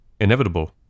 inevitable